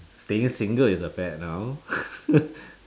staying single is a fad now